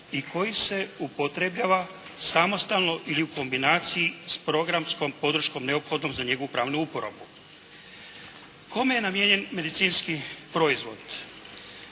i koji se upotrebljava samostalno ili u kombinaciji s programskom podrškom neophodnom za njegovu pravnu uporabu. Kome je namijenjen medicinski proizvod?